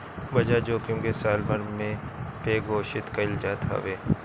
बाजार जोखिम के सालभर पे घोषित कईल जात हवे